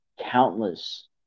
countless